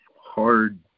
hard